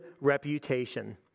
reputation